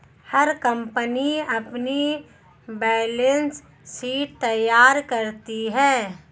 हर company अपनी balance sheet तैयार करती है